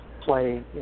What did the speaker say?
play